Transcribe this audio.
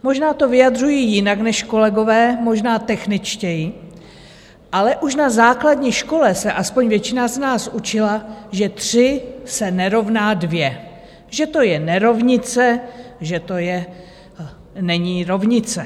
Možná to vyjadřuji jinak než kolegové, možná techničtěji, ale už na základní škole se aspoň většina z nás učila, že 3 se nerovná 2, že to je nerovnice, že to není rovnice.